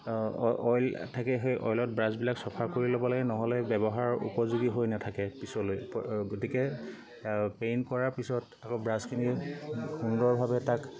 oil থাকে সেই অইলত ব্ৰাছবিলাক চফা কৰি ল'ব লাগে নহ'লে ব্যৱহাৰৰ উপযোগী হৈ নাথাকে পিছলৈ গতিকে পেইণ্ট কৰাৰ পিছত আকৌ ব্ৰাছখিনি সুন্দৰভাৱে তাক